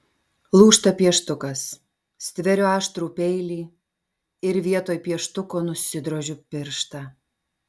lūžta pieštukas stveriu aštrų peilį ir vietoj pieštuko nusidrožiu pirštą